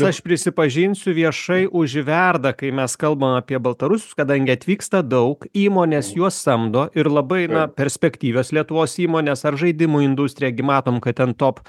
aš prisipažinsiu viešai užverda kai mes kalbam apie baltarusius kadangi atvyksta daug įmonės juos samdo ir labai na perspektyvios lietuvos įmonės ar žaidimų industrija gi matom kad ten top